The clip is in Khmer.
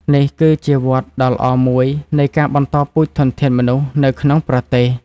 នេះគឺជាវដ្តដ៏ល្អមួយនៃការបន្តពូជធនធានមនុស្សនៅក្នុងប្រទេស។